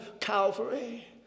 Calvary